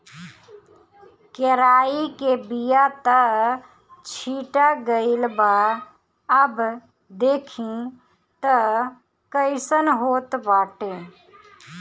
केराई के बिया त छीटा गइल बा अब देखि तअ कइसन होत बाटे